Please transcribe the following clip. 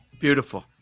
beautiful